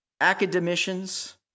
academicians